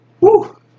Woo